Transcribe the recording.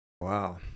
Wow